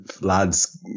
lads